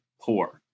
poor